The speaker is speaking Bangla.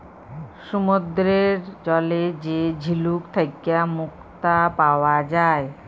সমুদ্দুরের জলে যে ঝিলুক থ্যাইকে মুক্তা পাউয়া যায়